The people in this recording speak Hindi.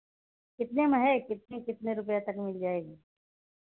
कितने में है कितने कितने रुपैया तक मिल जाएगी